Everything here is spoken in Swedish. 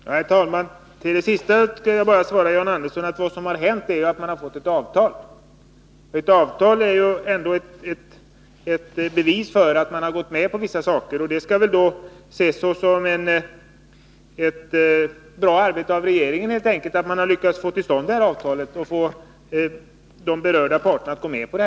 Herr talman! När det gäller det sista vill jag svara John Andersson att vad som hänt är att man har fått ett avtal. Ett avtal är ändå ett bevis för att man har gått med på vissa saker. Det skall helt enkelt ses som ett bra arbete av regeringen att man har lyckats få till stånd det här avtalet och få de berörda parterna att gå med på det.